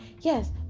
yes